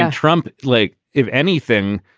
trump lake, if anything,